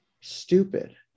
stupid